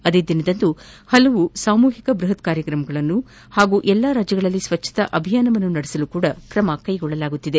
ಅದೇ ದಿನದಂದು ಹಲವಾರು ಸಾಮೂಹಿಕ ಬೃಹತ್ ಕಾರ್ಯಕ್ರಮಗಳನ್ನು ಹಾಗೂ ಎಲ್ಲಾ ರಾಜ್ಯಗಳಲ್ಲಿ ಸ್ವಚ್ವತಾ ಅಭಿಯಾನ ನಡೆಸಲೂ ಕ್ರಮ ಕೈಗೊಳ್ಳಲಾಗಿದೆ